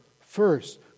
first